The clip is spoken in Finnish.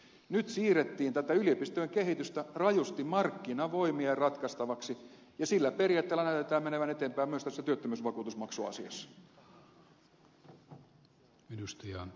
nyt siirrettiin tätä yliopistojen kehitystä rajusti markkinavoimien ratkaistavaksi ja sillä periaatteella näytetään menevän eteenpäin myös tässä työttömyysvakuutusmaksuasiassa